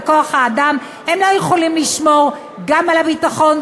הם לא יכולים לשמור גם על הביטחון,